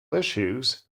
issues